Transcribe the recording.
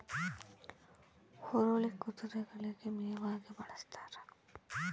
ಹುರುಳಿ ಕುದುರೆಗಳಿಗೆ ಮೇವಾಗಿ ಬಳಸ್ತಾರ